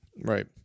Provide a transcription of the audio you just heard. Right